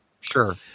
Sure